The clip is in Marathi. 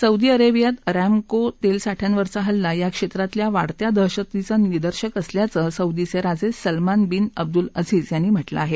सौदी अरेबियात अरॅमको तेल साठ्यांवरचा हल्ला या क्षेत्रातल्या वाढत्या दहशतीचं निदर्शक असल्याचं सौदीचे राजे सलमान बिन अब्दुल अझीझ यांनी म्हटलं आहे